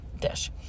dish